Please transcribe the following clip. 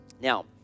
Now